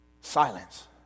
Silence